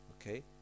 okay